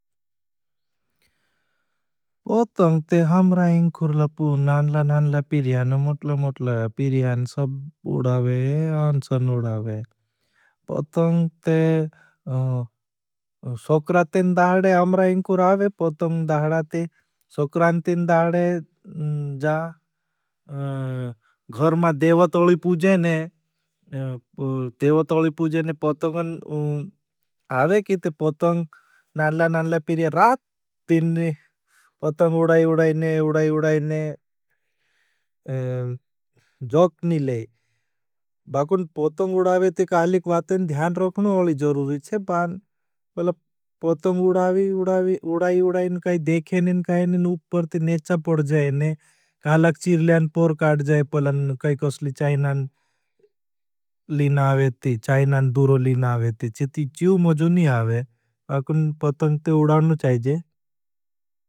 पोतंग ते हम्रा इंखुर लपू। नानला नानला पीरियान। मोटला मोटला पीरियान। सब उड़ावे। अंसन उड़ावे। पोतंग ते सोक्रांतिन दाहडे हम्रा इंखुर आवे। पोतंग दाहडा ते सोक्रांतिन दाहडे जा। घरमा देवतोली पूझेने। देवतोली पूझेने पोतंग आवे कि ते पोतंग नानला नानला पीरियान। रात दिन पोतंग उड़ावे उड़ावे। जोक निले। बाकुं पोतंग उड़ावे ते कहाली क्वाते न ध्यान रोखनो अली जरूरी छे पान। पोतंग उड़ावे उड़ावे न काही देखे न काहे न उपर ते नेचा पड़ जाए ने। कहालाग चीरल्यान पोर काड़ जाये पलन कई कसली चाइनान लीना आवेती, चाइनान दूरो लीना आवेती, चितिच्यू मजू नहीं आवे, अकुन पतंग ते उड़ानु चाहिजे।